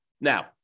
Now